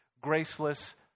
graceless